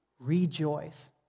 rejoice